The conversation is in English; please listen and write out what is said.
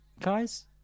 Guys